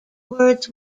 words